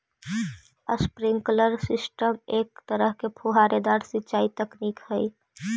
sprinkler system एक तरह के फुहारेदार सिंचाई तकनीक हइ